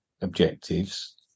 Objectives